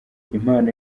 impano